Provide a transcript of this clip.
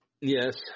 Yes